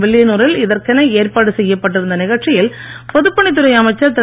வில்லியனூரில் இதற்கென ஏற்பாடு செய்யப்பட்டிருந்த நிகழ்ச்சியில் பொதுப்பணித்துறை அமைச்சர் திரு